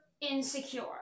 insecure